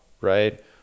right